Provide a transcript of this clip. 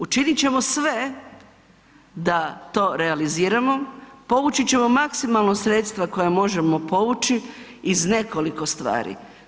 Učinit ćemo sve da to realiziramo, povući ćemo maksimalno sredstva koja možemo povući iz nekoliko stvari.